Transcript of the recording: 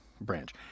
branch